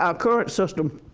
ah current system,